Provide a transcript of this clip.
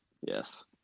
Yes